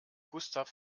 gustav